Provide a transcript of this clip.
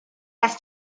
las